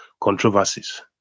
controversies